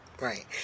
Right